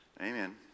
Amen